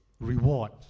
reward